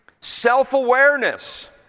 self-awareness